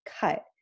cut